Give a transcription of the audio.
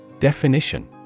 Definition